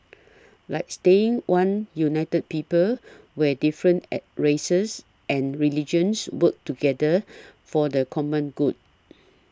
like staying one united people where different at races and religions work together for the common good